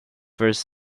first